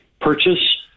purchase